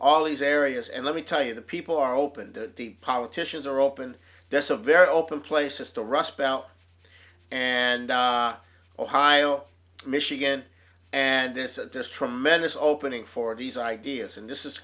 all these areas and let me tell you the people are open to the politicians are open this a very open places to rust belt and ohio michigan and this at this tremendous opening for these ideas and this is